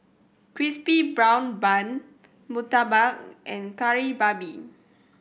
Crispy Golden Brown Bun murtabak and Kari Babi